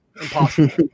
Impossible